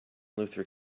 luther